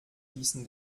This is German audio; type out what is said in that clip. fließen